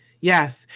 Yes